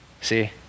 see